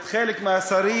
וחלק מהשרים,